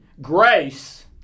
grace